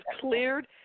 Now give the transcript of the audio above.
cleared